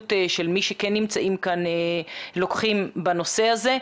שמי שנמצאים כאן לוקחים בנושא הזה,